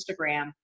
Instagram